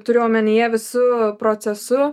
turiu omenyje visu procesu